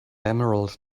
emerald